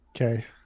okay